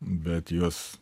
bet juos